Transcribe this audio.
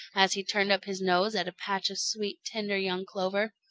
as he turned up his nose at a patch of sweet, tender young clover.